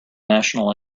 national